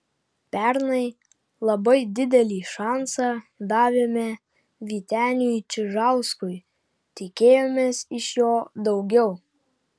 pernai labai didelį šansą davėme vyteniui čižauskui tikėjomės iš jo daugiau